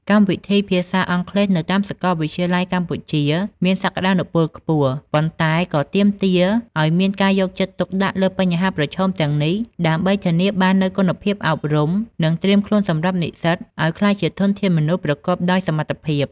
កម្មវិធីភាសាអង់គ្លេសនៅតាមសាកលវិទ្យាល័យកម្ពុជាមានសក្តានុពលខ្ពស់ ប៉ុន្តែក៏ទាមទារឱ្យមានការយកចិត្តទុកដាក់លើបញ្ហាប្រឈមទាំងនេះ ដើម្បីធានាបាននូវគុណភាពអប់រំ និងត្រៀមខ្លួនសម្រាប់និស្សិតឱ្យក្លាយជាធនធានមនុស្សប្រកបដោយសមត្ថភាព។